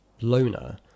loner